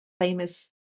famous